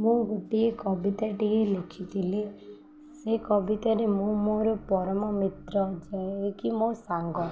ମୁଁ ଗୋଟିଏ କବିତାଟିଏ ଲେଖିଥିଲି ସେ କବିତାରେ ମୁଁ ମୋର ପରମ ମିତ୍ର ଯାାଇକି ମୋ ସାଙ୍ଗ